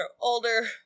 older